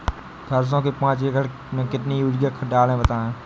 सरसो के पाँच एकड़ में कितनी यूरिया डालें बताएं?